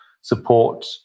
support